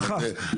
שכר.